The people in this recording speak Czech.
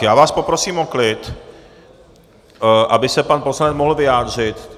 Já vás poprosím o klid, aby se pan poslanec mohl vyjádřit.